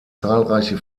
zahlreiche